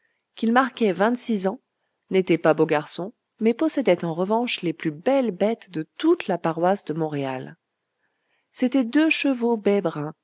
qu'il marquait vingt-six ans n'était pas beau garçon mais possédait en revanche les plus belles bêtes de toute la paroisse de montréal c'étaient deux chevaux bais bruns